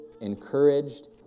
encouraged